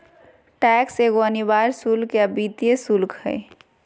tax एगो अनिवार्य शुल्क या वित्तीय शुल्क हइ